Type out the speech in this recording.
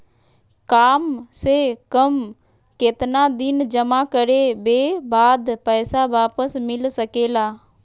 काम से कम केतना दिन जमा करें बे बाद पैसा वापस मिल सकेला?